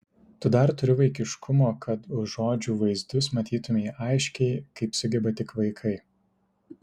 tu dar turi vaikiškumo kad už žodžių vaizdus matytumei aiškiai kaip sugeba tik vaikai